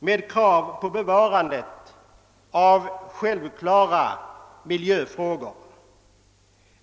till krav på bevarande av självklara miljövärden.